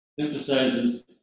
emphasizes